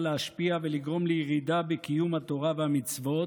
להשפיע ולגרום לירידה בקיום התורה והמצוות,